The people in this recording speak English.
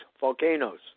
volcanoes